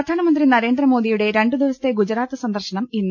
പ്രധാനമന്ത്രി നരേന്ദ്രമോദിയുടെ രണ്ടു ദിവസത്തെ ഗുജ റാത്ത് സന്ദർശനം ഇന്ന്